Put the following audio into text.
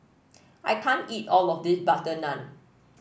I can't eat all of this butter naan